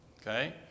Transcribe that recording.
Okay